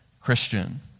Christian